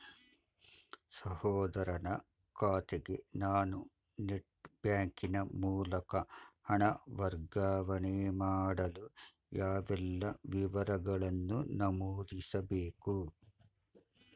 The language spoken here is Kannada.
ಸಹೋದರನ ಖಾತೆಗೆ ನಾನು ನೆಟ್ ಬ್ಯಾಂಕಿನ ಮೂಲಕ ಹಣ ವರ್ಗಾವಣೆ ಮಾಡಲು ಯಾವೆಲ್ಲ ವಿವರಗಳನ್ನು ನಮೂದಿಸಬೇಕು?